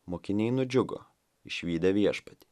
mokiniai nudžiugo išvydę viešpatį